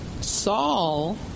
Saul